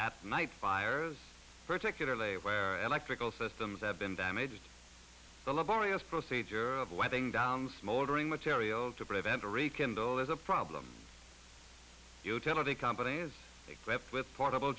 at night fires particularly where electrical systems have been damaged the laborious procedure of weathering down smoldering material to prevent or a kindle is a problem utility company is equipped with portable